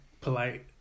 polite